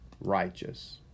righteous